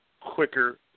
quicker